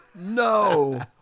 No